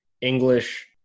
english